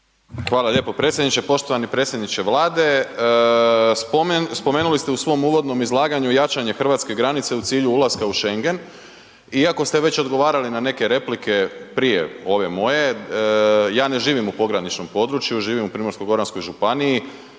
Hvala lijepo predsjedniče. Poštovani predsjedniče Vlade. Spomenuli ste u svom uvodnom izlaganju jačanje hrvatske granice u cilju ulaska u Schengen, iako ste već odgovarali na neke replike prije ove moje, ja ne živim u pograničnom području, živim u Primorsko-goranskoj županiji,